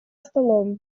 столом